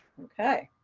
okay.